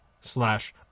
slash